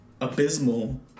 abysmal